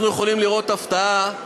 אנחנו יכולים לראות הפתעה,